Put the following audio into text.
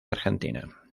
argentina